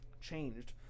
changed